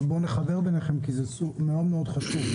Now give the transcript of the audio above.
נחבר ביניכם כי זה מאוד מאוד חשוב.